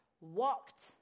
walked